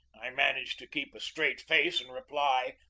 i managed to keep a straight face and reply,